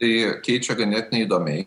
jie keičia ganėtinai įdomiai